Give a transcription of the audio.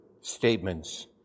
statements